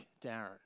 Darren